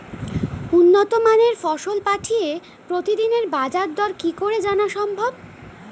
উন্নত মানের ফসল পাঠিয়ে প্রতিদিনের বাজার দর কি করে জানা সম্ভব?